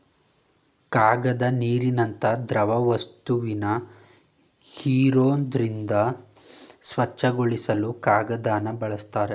ಕಾಗದ ನೀರಿನಂತ ದ್ರವವಸ್ತುನ ಹೀರೋದ್ರಿಂದ ಸ್ವಚ್ಛಗೊಳಿಸಲು ಕಾಗದನ ಬಳುಸ್ತಾರೆ